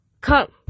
Come